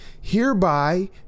hereby